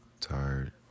tired